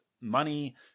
money